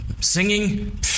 singing